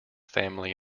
family